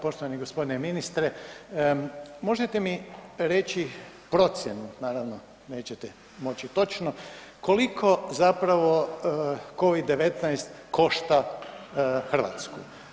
Poštovani g. ministre, možete mi reći procjenu naravno nećete moći točno, koliko zapravo COVID -19 košta Hrvatsku?